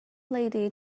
lady